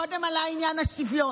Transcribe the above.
קודם עלה עניין השוויון,